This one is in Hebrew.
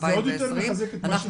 אז זה עוד יותר מחזק את מה שאני אומר.